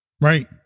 right